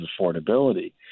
affordability